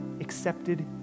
accepted